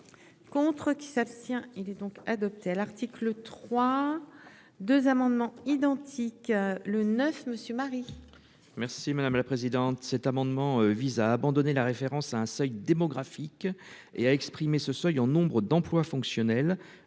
Contre qui s'abstient. Il est donc adopté l'article 3 2 amendements identiques, le neuf monsieur Marie. Merci madame la présidente. Cet amendement vise à abandonner la référence à un seuil démographique et à exprimer ce seuil en nombre d'emplois fonctionnels